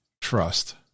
trust